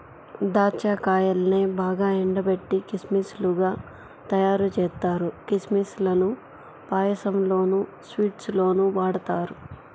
దాచ్చా కాయల్నే బాగా ఎండబెట్టి కిస్మిస్ లుగా తయ్యారుజేత్తారు, కిస్మిస్ లను పాయసంలోనూ, స్వీట్స్ లోనూ వాడతారు